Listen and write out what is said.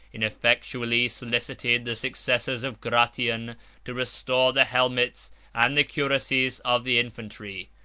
ineffectually solicited the successors of gratian to restore the helmets and the cuirasses of the infantry.